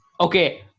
Okay